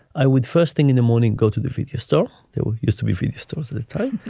i would first thing in the morning go to the video store. there used to be video stores at the time.